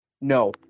No